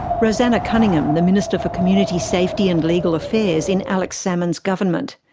roseanna cunningham, the minister for community safety and legal affairs in alex salmond's government.